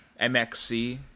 MXC